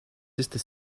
sister